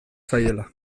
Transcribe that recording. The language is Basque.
zaiela